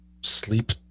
sleep